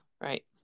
Right